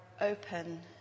open